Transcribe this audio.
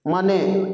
ಮನೆ